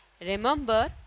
Remember